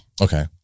Okay